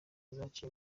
zaciye